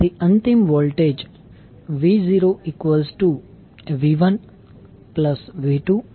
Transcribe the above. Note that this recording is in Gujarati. તેથી અંતિમ voltage v0 v1 v2 v3 થશે